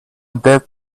dead